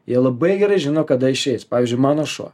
jie labai gerai žino kada išeis pavyzdžiui mano šuo